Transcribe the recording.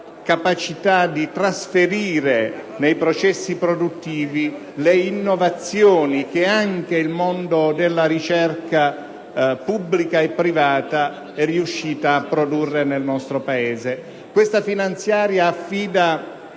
capacità di trasferire nei processi produttivi le innovazioni che anche il mondo della ricerca pubblica e privata è riuscita a produrre nel nostro Paese. Questa finanziaria affida